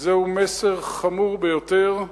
זהו מסר חמור ביותר,